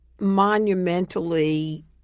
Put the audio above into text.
monumentally